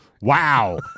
Wow